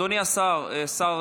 אדוני השר, השר